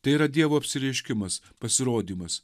tai yra dievo apsireiškimas pasirodymas